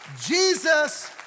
Jesus